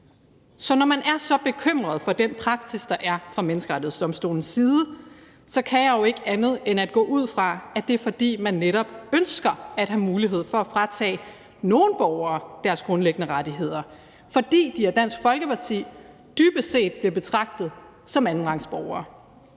Så når man er så bekymret for den praksis, der er fra Menneskerettighedsdomstolens side, kan jeg jo ikke andet end gå ud fra, at det er, fordi man netop ønsker at have mulighed for at fratage nogle borgere deres grundlæggende rettigheder, fordi de af Dansk Folkeparti dybest set bliver betragtet som andenrangsborgere,